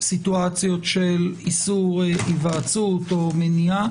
מצבים של איסור היוועצות או מניעה